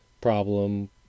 problem